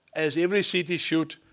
as every city should.